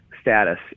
status